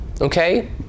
okay